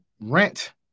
Rent